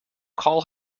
call